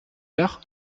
l’heure